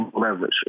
leverage